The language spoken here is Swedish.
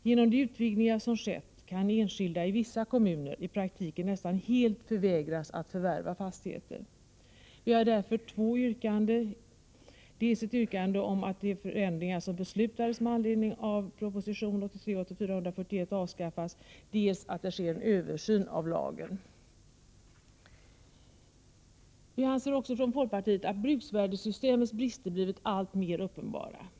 Genom de utvidgningar som skett kan enskilda, i vissa kommuner, i praktiken nästan helt förvägras att förvärva fastigheter. Vi har därför två yrkanden — dels ett yrkande om att de förändringar som beslutades med anledning av proposition 1983/84:141 avskaffas, dels att det sker en översyn av lagen. Vi i folkpartiet anser också att bruksvärdessystemets brister blivit alltmer uppenbara.